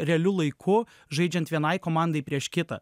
realiu laiku žaidžiant vienai komandai prieš kitą